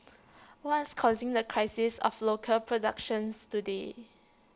what's causing the crisis of local productions today